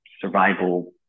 survival